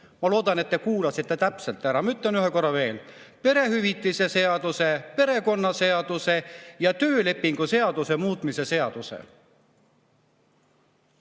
Ma loodan, et te kuulasite täpselt. Ütlen ühe korra veel: perehüvitiste seaduse, perekonnaseaduse ja töölepingu seaduse muutmise seaduse.